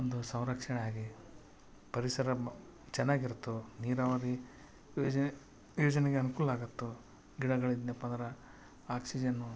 ಒಂದು ಸಂರಕ್ಷಣೆ ಆಗಿ ಪರಿಸರ ಮ ಚೆನ್ನಾಗಿ ಇರ್ತವೆ ನೀರಾವರಿ ಯೋಜನೆ ಯೋಜನೆಗೆ ಅನುಕೂಲ ಆಗತ್ತೆ ಗಿಡಗಳಿದ್ನೆಪ್ಪ ಅಂದ್ರೆ ಆಕ್ಸಿಜನ್ನು